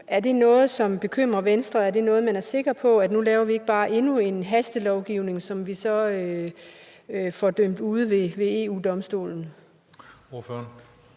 Er det noget, der bekymrer Venstre? Er man sikker på, at vi ikke nu laver endnu en hastelovgivning, som vi så får dømt ude ved EU-Domstolen?